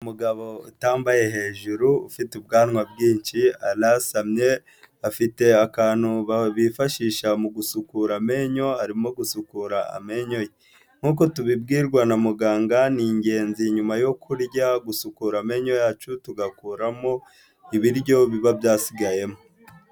Umugabo utambaye hejuru, ufite ubwanwa bwinshi arasamye, afite akantu bifashisha mu gusukura amenyo, arimo gusukura amenyo ye. Nkuko tubibwirwa na muganga, ni ingenzi nyuma yo kurya, ,gusukura amenyo yacu tugakuramo ibiryo biba byasigayemo.